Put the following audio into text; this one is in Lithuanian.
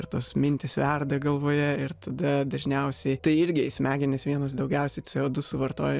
ir tos mintys verda galvoje ir tada dažniausiai tai irgi smegenys vienos daugiausiai co du suvartoja